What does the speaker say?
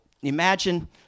Imagine